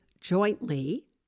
jointly